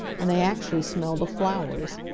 and they actually smelled of flowers.